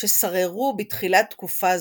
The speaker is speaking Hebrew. ששררו בתחילת תקופה זו.